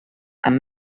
amb